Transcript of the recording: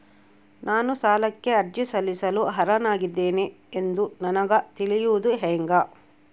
ನಾನು ಸಾಲಕ್ಕೆ ಅರ್ಜಿ ಸಲ್ಲಿಸಲು ಅರ್ಹನಾಗಿದ್ದೇನೆ ಎಂದು ನನಗ ತಿಳಿಯುವುದು ಹೆಂಗ?